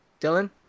Dylan